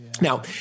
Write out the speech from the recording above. Now